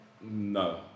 No